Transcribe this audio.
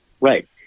right